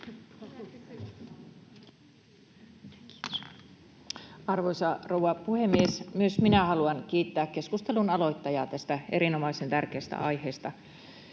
Arvoisa rouva puhemies! Myös minä haluan kiittää keskustelun aloittajaa tästä erinomaisen tärkeästä aiheesta.